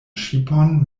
ŝipon